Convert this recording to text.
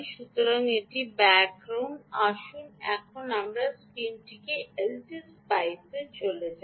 সুতরাং এটি ব্যাকগ্রাউন্ড আসুন এখন আমার স্ক্রিনটি এলটি স্পাইসে চলে যাই